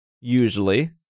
usually